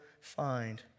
find